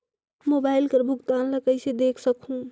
Mobile कर भुगतान ला कइसे देख सकहुं?